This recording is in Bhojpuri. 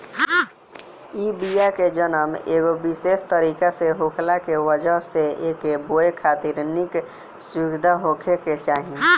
इ बिया के जनम एगो विशेष तरीका से होखला के वजह से एके बोए खातिर निक सुविधा होखे के चाही